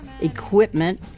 Equipment